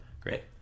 Great